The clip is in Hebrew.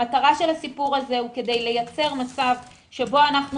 המטרה של הסיפור הזה הוא כדי לייצר מצב שבוא אנחנו